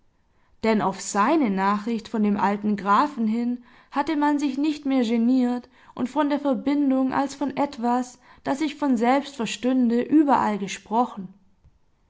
denn auf seine nachricht von dem alten grafen hin hatte man sich nicht mehr geniert und von der verbindung als von etwas das sich von selbst verstünde überall gesprochen